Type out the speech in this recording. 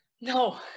No